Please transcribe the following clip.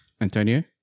Antonio